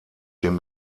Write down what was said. dem